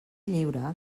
lliure